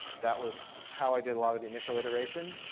that was how i did a lot of the initial iteration.